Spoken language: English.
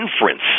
inference